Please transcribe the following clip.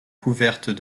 couvertes